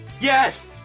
Yes